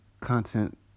content